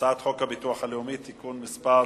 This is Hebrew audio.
הביטוח הלאומי (תיקון מס'